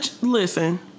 Listen